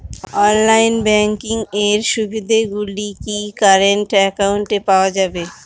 Online banking এর সুবিধে গুলি কি কারেন্ট অ্যাকাউন্টে পাওয়া যাবে?